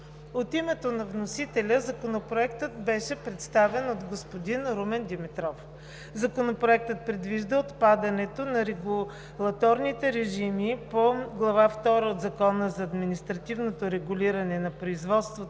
От името на вносителя Законопроектът беше представен от господин Румен Димитров. Законопроектът предвижда отпадането на регулаторните режими по Глава втора от Закона за административното регулиране на производството